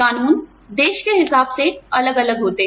कानून देश के हिसाब से अलग अलग होते हैं